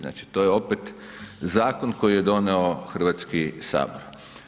Znači to je opet zakon koji je donio Hrvatski sabor.